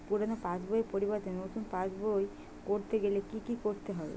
পুরানো পাশবইয়ের পরিবর্তে নতুন পাশবই ক রতে গেলে কি কি করতে হবে?